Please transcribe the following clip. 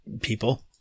people